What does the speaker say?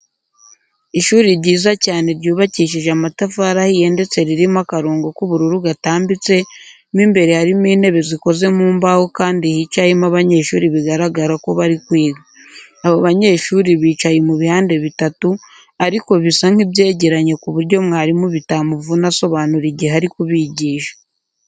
Ishuri ryiza cyane ryubakishije amatafari ahiye ndetse ririmo akarongo k'ubururu gatambitse, mo imbere harimo intebe zikoze mu mbaho kandi hicayemo abanyeshuri bigaragara ko bari kwiga. Abo banyeshuri bicaye mu bihande bitatu ariko bisa nk'ibyegeranye ku buryo mwarimu bitamuvuna asobanura igihe ari kubigisha.